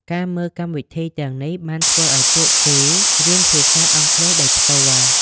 ការមើលកម្មវិធីទាំងនេះបានធ្វើឱ្យពួកគេរៀនភាសាអង់គ្លេសដោយផ្ទាល់។